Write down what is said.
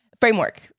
framework